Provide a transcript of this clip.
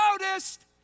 noticed